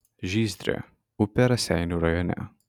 žyzdrė upė raseinių rajone